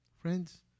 Friends